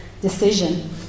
decision